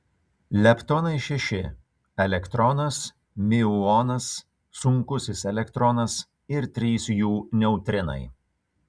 leptonai šeši elektronas miuonas sunkusis elektronas ir trys jų neutrinai